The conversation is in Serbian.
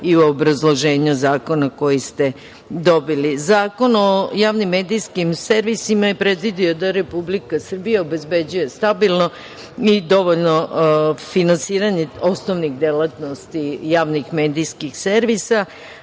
i u obrazloženju zakona koji ste dobili. Zakon o javnim medijskim servisima je predvideo da Republika Srbija obezbeđuje stabilno i dovoljno finansiranje osnovnih delatnosti javnih medijskih servisa